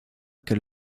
que